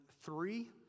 three